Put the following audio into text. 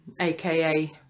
aka